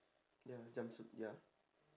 ya jumpsuit ya